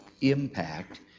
impact